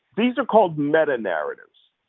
these are called meta-narratives.